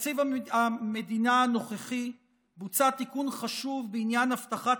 בתקציב המדינה הנוכחי בוצע תיקון חשוב בעניין הבטחת